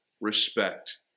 respect